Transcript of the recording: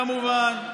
כמובן.